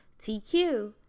TQ